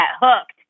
hooked